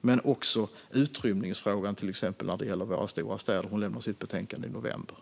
men också utrymningsfrågan, till exempel när det gäller våra stora städer. Hon lämnar sitt betänkande i november.